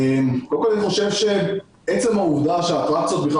קודם כל אני חושב שעצם העובדה שהאטרקציות בכלל